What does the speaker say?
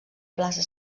plaça